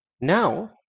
now